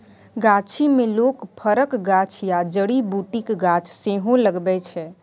गाछी मे लोक फरक गाछ या जड़ी बुटीक गाछ सेहो लगबै छै